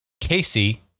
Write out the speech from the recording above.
Casey